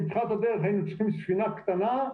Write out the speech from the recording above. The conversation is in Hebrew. אם בתחילת הדרך היינו צריכים ספינה קטנה,